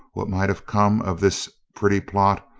what might have come of this pretty plot,